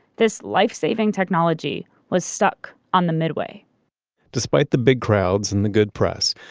this lifesaving technology was stuck on the midway despite the big crowds and the good press,